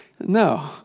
No